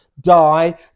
die